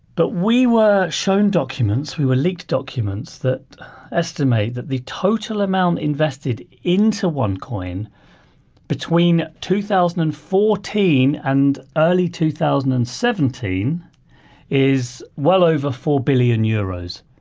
but we were shown documents we were leaked documents that estimate that the total amount invested into onecoin between two thousand and fourteen and early two thousand and seventeen is well over four billion euros.